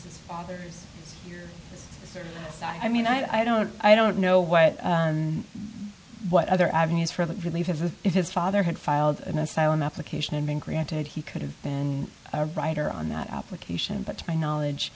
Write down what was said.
his father's i mean i don't i don't know what what other avenues for that relief if it is his father had filed an asylum application and been granted he could have been a writer on that application but to my knowledge